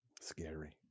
scary